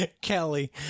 Kelly